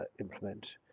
implement